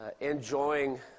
enjoying